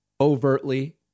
overtly